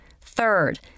Third